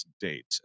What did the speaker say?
date